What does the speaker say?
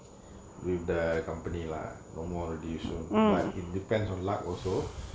with the company lah no more already soon but depends on luck also